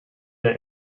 der